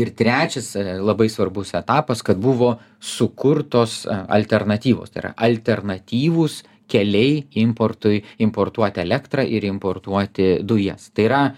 ir trečias labai svarbus etapas kad buvo sukurtos alternatyvos tai yra alternatyvūs keliai importui importuot elektrą ir importuoti dujas tai yra